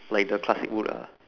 like the classic wood ah